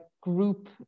group